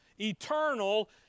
eternal